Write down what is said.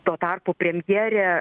tuo tarpu premjerė